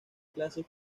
clases